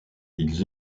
ils